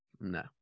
No